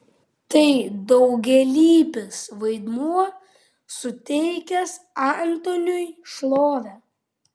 tai daugialypis vaidmuo suteikęs antoniui šlovę